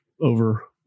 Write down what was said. over